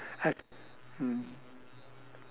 yes mm